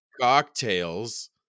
cocktails